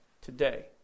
today